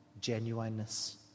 genuineness